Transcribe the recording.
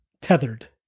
tethered